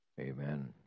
Amen